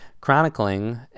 chronicling